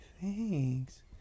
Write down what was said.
thanks